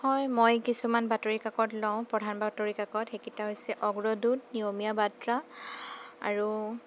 হয় মই কিছুমান বাতৰিকাকত লওঁ প্ৰধান বাতৰিকাকত সেইকেইটা হৈছে অগ্ৰদূত নিয়মীয়া বাৰ্তা আৰু